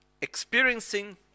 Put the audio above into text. experiencing